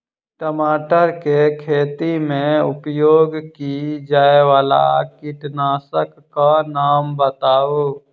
टमाटर केँ खेती मे उपयोग की जायवला कीटनासक कऽ नाम बताऊ?